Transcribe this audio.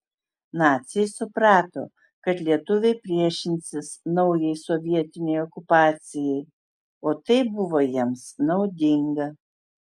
naciai suprato kad lietuviai priešinsis naujai sovietinei okupacijai o tai buvo jiems naudinga